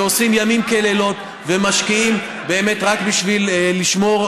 שעושים ימים כלילות ומשקיעים באמת רק בשביל לשמור,